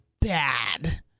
bad